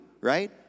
right